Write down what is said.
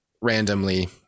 randomly